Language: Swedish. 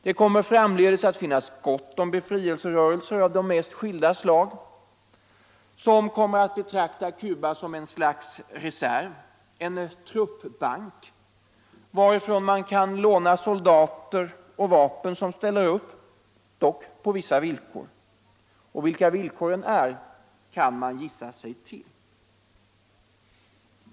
Det kommer framdeles att finnas gott om ”befrielserörelser” av de mest skilda slag, som kommer att betrakta Cuba som en reserv, en truppbank varifrån man kan låna soldater och vapen, dock på vissa villkor. Vilka villkoren är kan man gissa sig till.